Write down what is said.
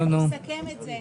נסכם את זה.